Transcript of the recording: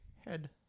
Head